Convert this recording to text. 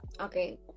Okay